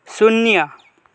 शून्य